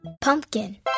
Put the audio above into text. Pumpkin